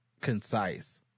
concise